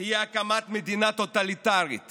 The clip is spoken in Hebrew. תהיה הקמת מדינה טוטליטרית